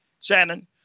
Shannon